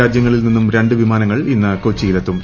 രാജ്യങ്ങളിൽ നിന്ന് രണ്ട് വിമാനങ്ങൾ ഇന്ന് കൊച്ചിയിൽ എത്തും